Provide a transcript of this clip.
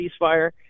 ceasefire